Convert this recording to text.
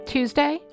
Tuesday